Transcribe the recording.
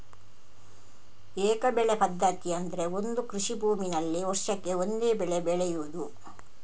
ಏಕ ಬೆಳೆ ಪದ್ಧತಿ ಅಂದ್ರೆ ಒಂದು ಕೃಷಿ ಭೂಮಿನಲ್ಲಿ ವರ್ಷಕ್ಕೆ ಒಂದೇ ಬೆಳೆ ಬೆಳೆಯುದು